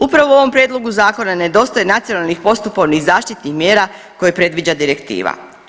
Upravo u ovom prijedlogu zakona nedostaje nacionalnih, postupovnih i zaštitnih mjera koje predviđa direktiva.